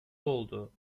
oldu